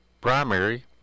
primary